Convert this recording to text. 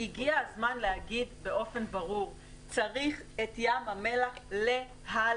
הגיע הזמן להגיד את הדברים באופן ברור: צריך את ים המלח להלאים,